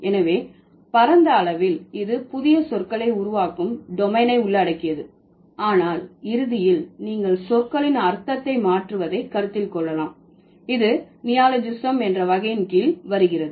எனவே பரந்த அளவில் இது புதிய சொற்களை உருவாக்கும் டொமைனை உள்ளடக்கியது ஆனால் இறுதியில் நீங்கள் சொற்களின் அர்த்தத்தை மாற்றுவதை கருத்தில் கொள்ளலாம் இது நியோலோஜிஸம் என்ற வகையின் கீழ் வருகிறது